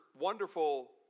wonderful